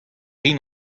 rin